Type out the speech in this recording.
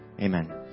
Amen